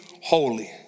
holy